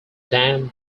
damned